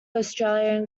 australian